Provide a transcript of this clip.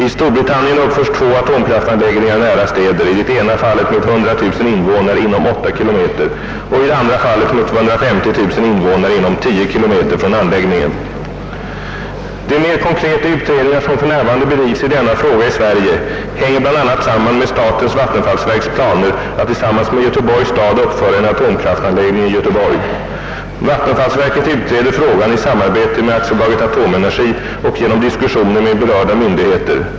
I Storbritannien uppförs två atomkraftanläggningar nära städer, i det ena fallet med 100 000 invånare inom 8 km och i det andra fallet med 250 000 invånare inom 10 km från anläggningen. De mer konkreta utredningar som för närvarande bedrivs i denna fråga i Sverige hänger bl.a. samman med statens vattenfallsverks planer att tillsammans med Göteborgs stad uppföra en atomkraftanläggning i Göteborg. Vattenfallsverket utreder frågan i samarbete med AB Atomenergi och genom diskussioner med berörda myndigheter.